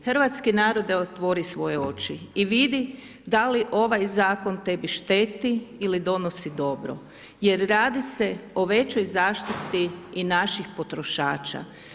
Hrvatski narode otvori svoje oči i vidi da li ovaj zakon tebi šteti ili donosi dobro jer radi se o većoj zaštiti i naših potrošača.